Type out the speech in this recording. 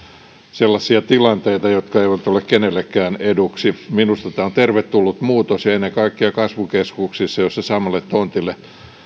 sellaisia tilanteita jotka eivät ole kenellekään eduksi minusta tämä on tervetullut muutos ja ennen kaikkea kasvukeskuksissa joissa samalle tontille